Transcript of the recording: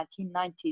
1990s